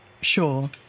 Sure